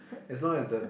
as long as the